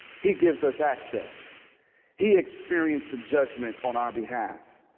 he gives us access he experienced the judgment on our behalf.